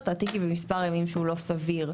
תעתיקי במספר ימים שהוא לא סביר״.